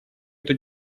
эту